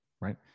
Right